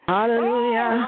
Hallelujah